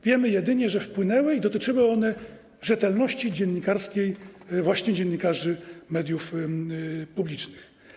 Wiemy jedynie, że wpłynęły i dotyczyły one rzetelności dziennikarskiej właśnie dziennikarzy mediów publicznych.